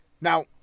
Now